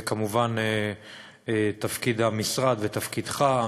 זה כמובן תפקיד המשרד ותפקידך.